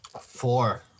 Four